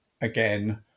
again